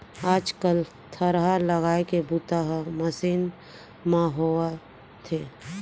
आज कल थरहा लगाए के बूता ह मसीन म होवथे